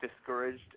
discouraged